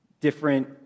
different